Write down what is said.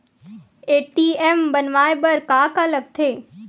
ATM बनवाय बर का का लगथे?